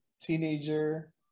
teenager